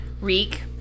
Reek